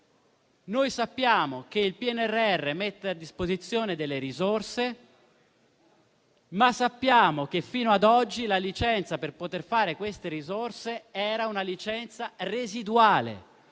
Noi sappiamo che il PNRR mette a disposizione delle risorse, ma sappiamo che fino ad oggi la licenza per poter fare queste residenze era una licenza residuale,